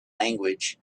language